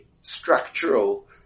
structural